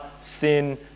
sin